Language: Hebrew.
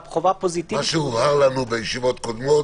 מה שהובהר לנו בישיבות קודמות,